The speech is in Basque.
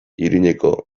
iruñeko